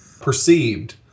perceived